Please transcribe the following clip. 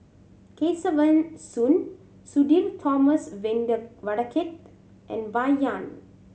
Kesavan Soon Sudhir Thomas Vadaketh and Bai Yan